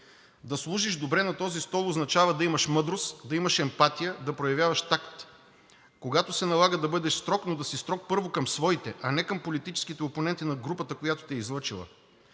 Да служиш добре на този стол, означава да имаш мъдрост, да имаш емпатия, да проявяваш такт. Когато се налага да бъдеш строг, но да си строг първо към своите, а не към политическите опоненти на групата, която те е излъчила.